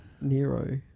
Nero